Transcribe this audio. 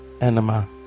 Enema